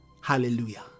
hallelujah